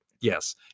Yes